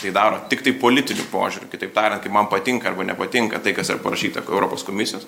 tai daro tiktai politiniu požiūriu kitaip tariant kai man patinka arba nepatinka tai kas yra parašyta europos komisijos